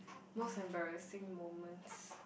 most embarrassing moments